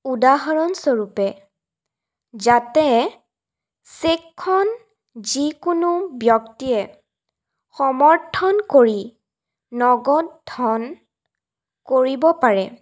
উদাহৰণস্বৰূপে যাতে চেকখন যিকোনো ব্যক্তিয়ে সমৰ্থন কৰি নগদ ধন কৰিব পাৰে